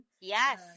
Yes